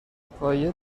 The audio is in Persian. پایه